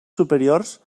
superiors